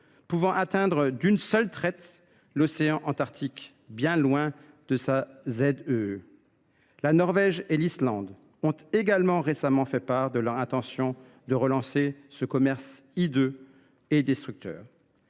pouvant atteindre d’une seule traite l’océan Antarctique, bien loin de sa zone économique exclusive. La Norvège et l’Islande ont également fait part de leur intention de relancer ce commerce hideux et destructeur.